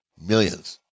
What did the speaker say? Millions